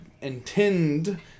intend